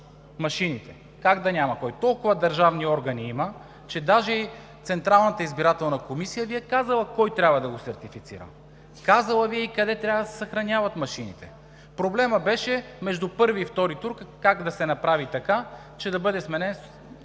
машините – как да няма кой, толкова държавни органи има, че даже и Централната избирателна комисия Ви е казала кой трябва да го сертифицира! Казала Ви е и къде трябва да се съхраняват машините. Проблемът беше между първи и втори тур как да се направи така, че да бъде сменен